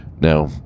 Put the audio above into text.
now